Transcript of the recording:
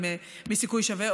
מסיכוי שווה,